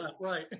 right